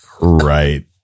Right